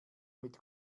mit